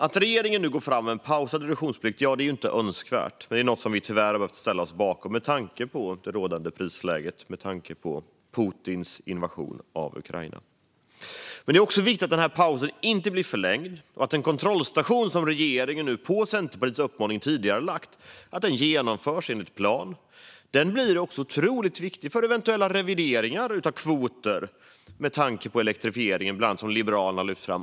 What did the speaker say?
Att regeringen nu går fram med en pausad reduktionsplikt är inte önskvärt, men det är något som vi tyvärr har behövt ställa oss bakom med tanke på det rådande prisläget och Putins invasion av Ukraina. Det är dock viktigt att den här pausen inte blir förlängd och att den kontrollstation som regeringen nu, på Centerpartiets uppmaning, har tidigarelagt genomförs enligt plan. Den blir också otroligt viktig för eventuella revideringar av kvoter, bland annat med tanke på elektrifieringen, vilket Liberalerna har lyft fram.